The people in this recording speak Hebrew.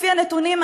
לפי הנתונים,